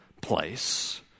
place